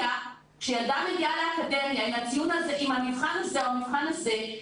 --- כשילדה מגיעה לאקדמיה עם המבחן הזה או המבחן הזה,